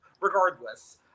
Regardless